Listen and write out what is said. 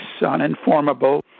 Uninformable